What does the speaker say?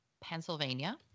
Pennsylvania